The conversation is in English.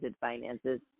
finances